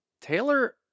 Taylor